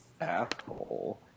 asshole